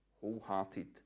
wholehearted